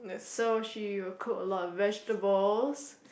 so she will cook a lot of vegetables